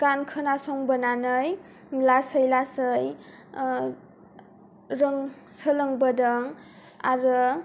गान खोनासंबोनानै लासै लासै ओ रों सोलोंबोदों आरो